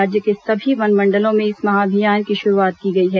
राज्य के सभी वनमंडलों में इस महाअभियान की शुरूआत की गई है